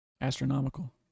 Astronomical